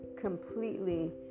completely